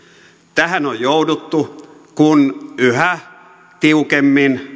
tähän on jouduttu kun yhä tiukemmin